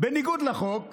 בניגוד לחוק,